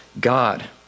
God